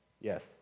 Yes